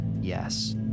yes